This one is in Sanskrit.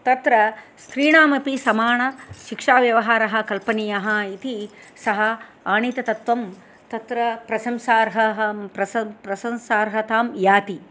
तत्र स्त्रीणामपि समाणशिक्षाव्यवहारः कल्पनीयः इति सः आनीतत्वं तत्र प्रशंसार्हतां याति